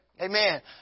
Amen